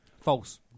False